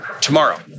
tomorrow